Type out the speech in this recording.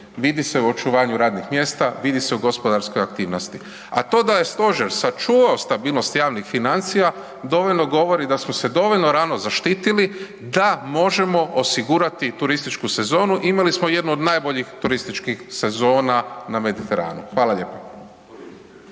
Vidi se u očuvanju radnih mjesta, vidi se u gospodarskoj aktivnosti a to je da stožer sačuvao stabilnost javnih financija, dovoljno govori da smo se dovoljno rano zaštitili da možemo osigurati turističku sezonu, imali smo jednu od najboljih turističkih sezona na Mediteranu. Hvala lijepo.